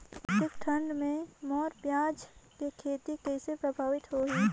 अधिक ठंडा मे मोर पियाज के खेती कइसे प्रभावित होही?